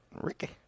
Ricky